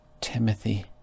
Timothy